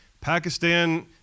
Pakistan